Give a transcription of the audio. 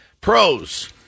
Pros